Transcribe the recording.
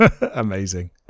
Amazing